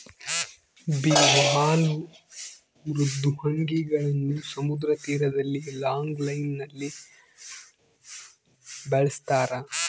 bivalve ಮೃದ್ವಂಗಿಗಳನ್ನು ಸಮುದ್ರ ತೀರದಲ್ಲಿ ಲಾಂಗ್ ಲೈನ್ ನಲ್ಲಿ ಬೆಳಸ್ತರ